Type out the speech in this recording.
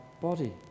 body